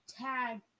Tag